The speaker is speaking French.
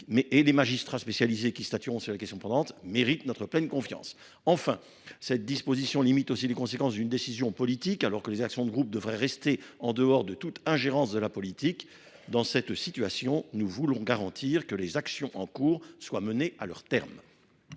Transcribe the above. Les magistrats spécialisés, qui statueront sur les questions pendantes, méritent notre pleine confiance. Enfin, notre proposition entend limiter les conséquences d’une décision politique, alors que les actions de groupe devraient rester en dehors de toute ingérence de ce type. Nous voulons simplement garantir que les actions en cours soient menées à leur terme.